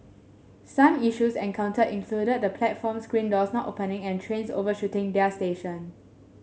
some issues encountered included the platform screen doors not opening and trains overshooting their station